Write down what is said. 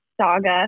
saga